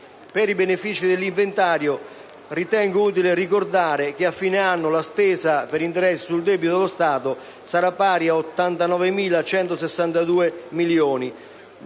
Per i benefici dell'inventario, ritengo utile ricordare che a fine anno la spesa per interessi sul debito dello Stato sarà pari a 89.162 milioni